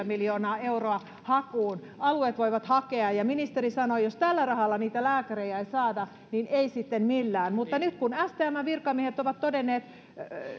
miljoonaa euroa hakuun alueet voivat hakea ja ja ministeri sanoi että jos tällä rahalla niitä lääkäreitä ei saada niin ei sitten millään mutta nyt kun stmn virkamiehet ovat todenneet